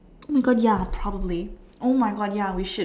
oh my God ya probably oh my God ya we should